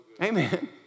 Amen